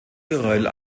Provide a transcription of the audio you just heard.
geröll